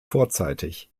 vorzeitig